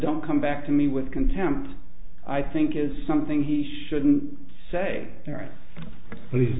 don't come back to me with contempt i think is something he shouldn't say the